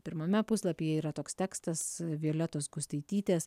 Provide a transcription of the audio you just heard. pirmame puslapyje yra toks tekstas violetos gustaitytės